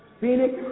Phoenix